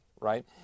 right